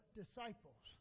disciples